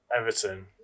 Everton